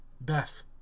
beth